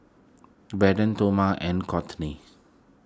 Braden Toma and Cortney